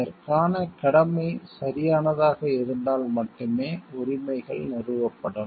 அதற்கான கடமை சரியானதாக இருந்தால் மட்டுமே உரிமைகள் நிறுவப்படும்